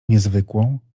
niezwykłą